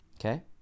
okay